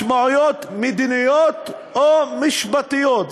משמעויות מדיניות או משפטיות.